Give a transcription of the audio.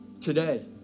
Today